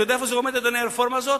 אדוני, אתה יודע איפה עומדת הרפורמה הזאת?